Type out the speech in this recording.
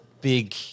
big